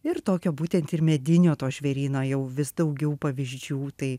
ir tokio būtent ir medinio to žvėryno jau vis daugiau pavyzdžių tai